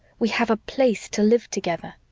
we have a place to live together.